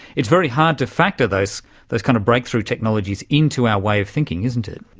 it's very hard to factor those those kind of breakthrough technologies into our way of thinking, isn't it.